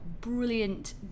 brilliant